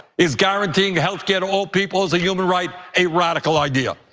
is guaranteeing healthcare to all people as a human right a radical idea?